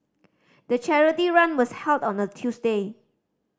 the charity run was held on a Tuesday